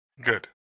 Good